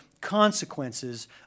consequences